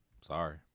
sorry